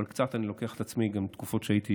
אבל אני לוקח את עצמי גם לתקופות שלא הייתי